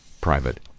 private